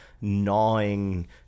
gnawing